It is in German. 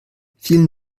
vielen